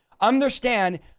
understand